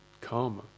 karma